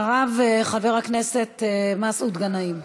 אחריו, חבר הכנסת מסעוד גנאים.